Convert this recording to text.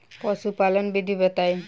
पशुपालन विधि बताई?